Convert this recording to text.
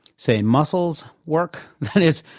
say, muscles work. that is,